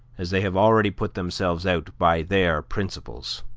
as they have already put themselves out by their principles.